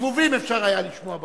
זבובים היה אפשר לשמוע באולם.